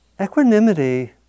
equanimity